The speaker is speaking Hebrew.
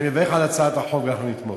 אני מברך על הצעת החוק ואנחנו נתמוך.